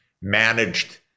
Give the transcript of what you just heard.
managed